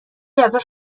ازش